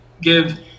give